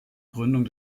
gründung